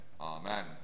Amen